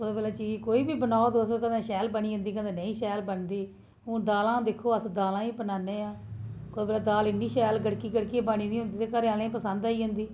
कुसै बेल्लै बी चीज बनाओ कुतै शैल बनी जंदी कदें नेईं शैल बनदी हून दालां दिक्खो अस दालां बी बनान्ने आं कुसै बेल्लै दाल इन्नी शैल गड़की गड़कियै इन्नी शैल बनी दी होंदी ते घराआह्लें गी पसंद आई जंदी